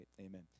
Amen